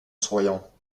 souriant